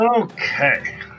Okay